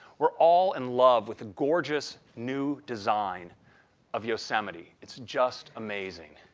we're all in love with gorgeous new design of yosemite. it's just amazing.